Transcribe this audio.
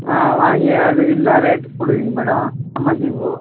ஆ வாங்கி அது என்னா ரேட்டுக்கு போடுவிங்க மேடம் சம்மந்தி பூ